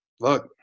look